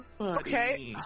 okay